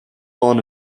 born